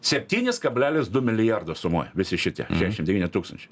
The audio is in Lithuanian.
septynis kablelis du milijardo sumoj visi šitie šešim devyni tūkstančiai